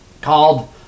called